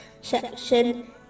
section